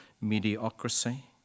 mediocrity